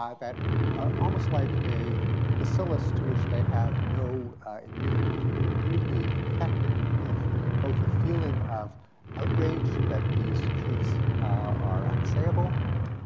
that are almost like a bacillus to which they have no immunity, and they're immediately infected with both the feeling of outrage that these truths are unsayable,